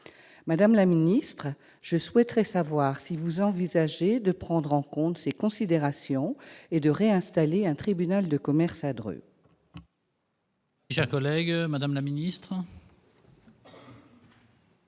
Madame la ministre, je souhaite savoir si vous envisagez de prendre en compte ces considérations et de réinstaller un tribunal de commerce à Dreux. La parole est à Mme la garde